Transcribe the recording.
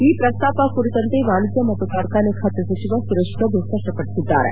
ಈ ಪ್ರಸ್ತಾಪ ಕುರಿತಂತೆ ವಾಣಿಜ್ಞ ಮತ್ತು ಕಾರ್ಖಾನೆ ಖಾತೆ ಸಚಿವ ಸುರೇಶ್ಪ್ರಭು ಸ್ಪಷ್ಟಪಡಿಸಿದ್ದಾರೆ